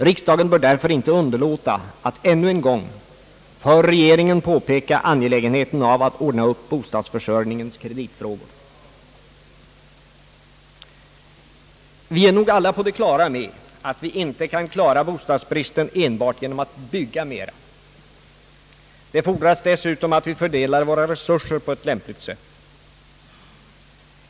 Riksdagen bör därför inte underlåta att ännu en gång för regeringen påpeka angelägenheten av att ordna upp bostadsförsörjningens kreditfrågor. Vi är nog alla medvetna om att bostadsbristen inte kan klaras enbart genom att vi bygger mera. Det fordras dessutom att vi fördelar våra resurser på ett lämpligt sätt.